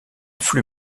flux